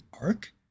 arc